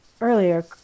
earlier